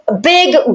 big